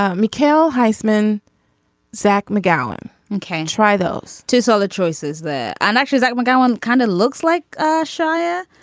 um mikael heisman zach mcgowan and can try those two solid choices there and actually zach won't go on kind of looks like ah chaya.